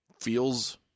feels